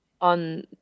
on